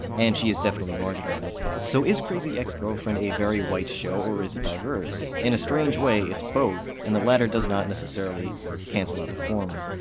and she is definitely marginalized. so is crazy ex-girlfriend a very white show or is it diverse? in a strange way, it's both, and the latter does not necessarily cancel out the former.